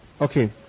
Okay